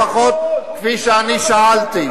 לפחות כפי שאני שאלתי.